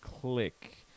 click